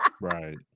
Right